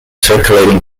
circulating